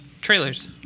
trailers